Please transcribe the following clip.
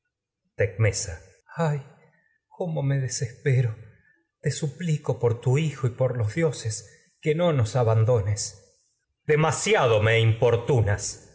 prudente ay cómo me desespero te suplico por tecmesa tu hijo y por los dioses que no nos abandones me